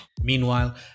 Meanwhile